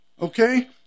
Okay